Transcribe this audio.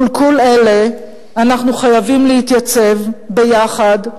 מול כל אלה אנחנו חייבים להתייצב ביחד,